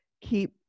keep